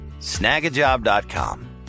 Snagajob.com